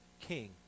King